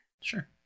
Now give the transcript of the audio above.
Sure